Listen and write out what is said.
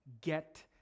get